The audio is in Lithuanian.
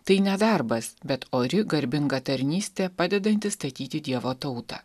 tai ne darbas bet ori garbinga tarnystė padedanti statyti dievo tautą